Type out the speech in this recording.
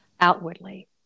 outwardly